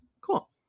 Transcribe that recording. Cool